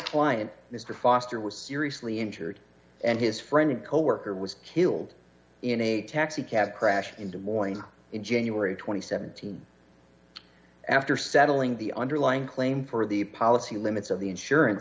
client mr foster was seriously injured and his friend and coworker was killed in a taxicab crash in the morning in january th team after settling the underlying claim for the policy limits of the insurance